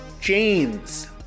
James